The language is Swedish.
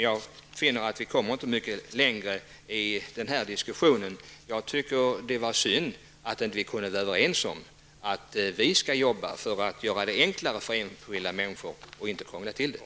Jag finner att vi i den här diskussionen inte kommer mycket längre. Det var synd att vi inte kunde vara överens om att vi skall arbeta för att göra det enklare för enskilda människor i stället för att krångla till det.